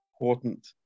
important